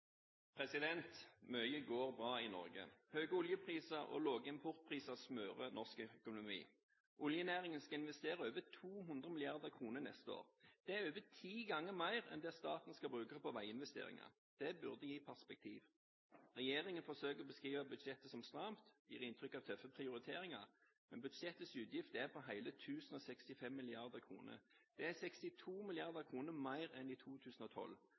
Mye går bra i Norge. Høye oljepriser og lave importpriser smører norsk økonomi. Oljenæringen skal investere over 200 mrd. kr neste år. Det er over ti ganger mer enn det staten skal bruke på veiinvesteringer. Det burde gi et perspektiv. Regjeringen forsøker å beskrive budsjettet som stramt, den gir inntrykk av tøffe prioriteringer, men budsjettets utgifter er på hele 1 065 mrd. kr. Det er 62 mrd. kr mer enn i 2012.